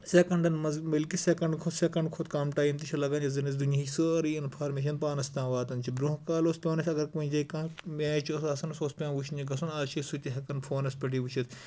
سٮ۪کَنڈَن منٛز بٔلکہِ سٮ۪کَنٛڈ کھۄتہٕ سٮ۪کَنٛڈ کھۄتہٕ کَم ٹایم تہِ چھُ لَگَان یَتھ زَن أسۍ دُنیہِچ سٲرٕے اِنفارمیشَن پانَس تام واتَان چھِ برونٛہہ کال اوس پٮ۪وان اَسہِ اگر کُنہِ جایہِ کانٛہہ میچ اوس آسان سُہ اوس پٮ۪وان وٕچھنہِ گژھُن آز چھِ أسۍ سُتہِ ہٮ۪کَان فونَس پٮ۪ٹھٕے وٕچھِتھ